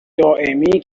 دائمی